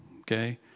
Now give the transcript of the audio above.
Okay